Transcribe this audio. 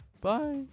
Bye